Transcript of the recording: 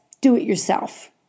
do-it-yourself